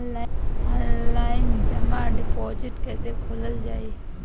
Online जमा deposit कैसे खोलल जाइ?